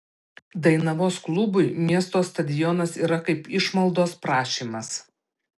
dainavos klubui miesto stadionas yra kaip išmaldos prašymas